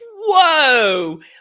whoa